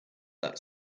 that